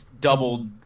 doubled